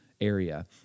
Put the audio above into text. area